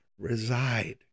reside